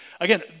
Again